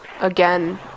again